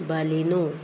Baleno